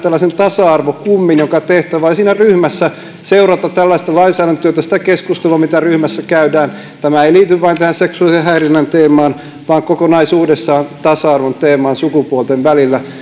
tasa arvokummin jonka tehtävä on siinä ryhmässä seurata tällaista lainsäädäntötyötä sitä keskustelua mitä ryhmässä käydään tämä ei liity vain tähän seksuaalisen häirinnän teemaan vaan kokonaisuudessaan tasa arvon teemaan sukupuolten välillä